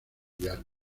diario